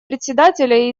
председателя